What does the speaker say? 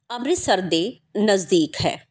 ਅੰਮ੍ਰਿਤਸਰ ਦੇ ਨਜ਼ਦੀਕ ਹੈ